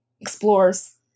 explores